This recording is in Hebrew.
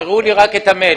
הראו לי רק את המייל.